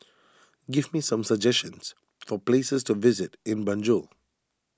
give me some suggestions for places to visit in Banjul